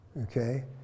okay